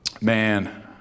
Man